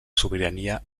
sobirania